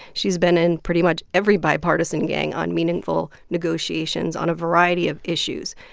she's been in pretty much every bipartisan gang on meaningful negotiations on a variety of issues.